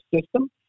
system